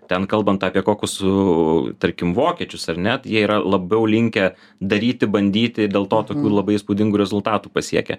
ten kalbant apie kokius tarkim vokiečius ar ne tai jie yra labiau linkę daryti bandyti dėl to tokių labai įspūdingų rezultatų pasiekia